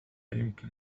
يمكن